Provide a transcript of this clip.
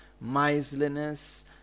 miserliness